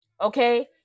okay